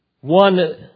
one